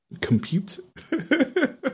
compute